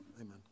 amen